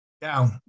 down